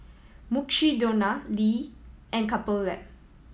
Mukshidonna Lee and Couple Lab